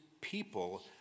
people